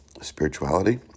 spirituality